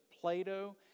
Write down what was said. Plato